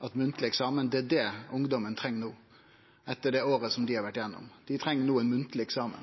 at det er munnleg eksamen ungdomen treng no etter det året dei har vore gjennom. Dei treng no ein munnleg eksamen.